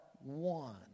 one